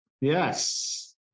Yes